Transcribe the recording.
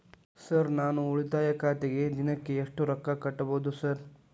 Sir ನಾನು ಉಳಿತಾಯ ಖಾತೆಗೆ ದಿನಕ್ಕ ಎಷ್ಟು ರೊಕ್ಕಾ ಕಟ್ಟುಬಹುದು ಸರ್?